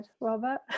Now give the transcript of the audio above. Robert